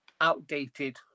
outdated